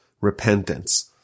repentance